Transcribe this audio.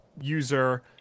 user